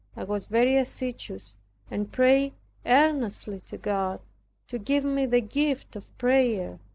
i was very assiduous and prayed earnestly to god to give me the gift of prayer.